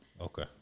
Okay